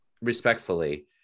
respectfully